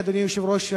אדוני היושב-ראש,